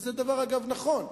וזה אגב דבר נכון.